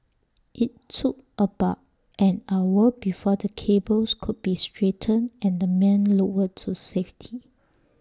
IT took about an hour before the cables could be straightened and the men lowered to safety